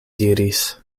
diris